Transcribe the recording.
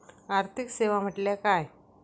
आर्थिक सेवा म्हटल्या काय?